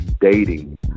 dating